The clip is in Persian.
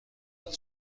حال